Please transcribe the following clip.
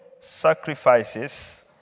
sacrifices